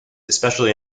especially